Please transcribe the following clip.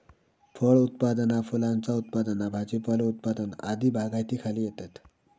फळ उत्पादना फुलांचा उत्पादन भाजीपालो उत्पादन आदी बागायतीखाली येतत